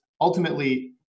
ultimately